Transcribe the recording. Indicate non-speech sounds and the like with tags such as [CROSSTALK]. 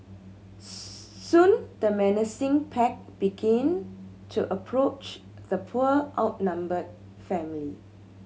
[NOISE] soon the menacing pack begin to approach the poor outnumbered family